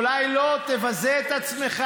אולי לא תבזה את עצמך.